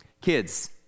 Kids